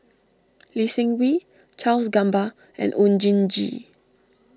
Lee Seng Wee Charles Gamba and Oon Jin Gee